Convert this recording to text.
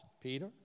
Peter